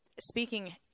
speaking